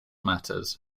matters